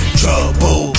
trouble